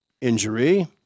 injury